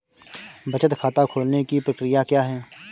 बचत खाता खोलने की प्रक्रिया क्या है?